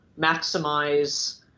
maximize